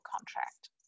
contract